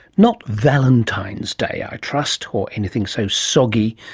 not valentine's day i trust, or anything so soggy.